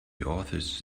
authors